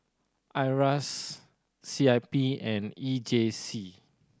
IRAS C I P and E J C